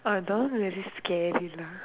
oh don't really scare me lah